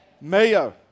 Mayo